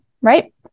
right